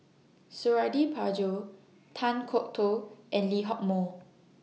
Suradi Parjo Kan Kwok Toh and Lee Hock Moh